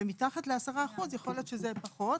ומתחת ל-10% יכול להיות שזה פחות.